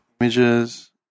Images